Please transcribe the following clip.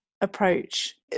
approach